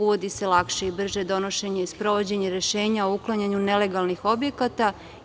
Uvodi se lakše i brže sprovođenje rešenja o uklanjanju nelegalnih objekata.